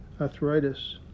arthritis